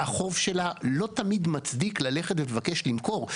והחוב שלה לא תמיד מצדיק ללכת ולבקש למכור.